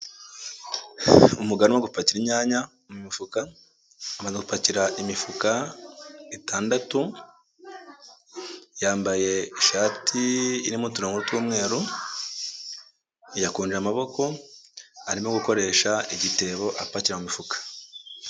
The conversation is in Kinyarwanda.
Umugabo uri gupakira inyanya mu mifuka, amaze gupakira imifuka itandatu yambaye ishati irimo uturango tw'umweru yakuye amaboko mu mifuka arimo gukoresha igitebo apakira mu mifuka.